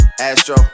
Astro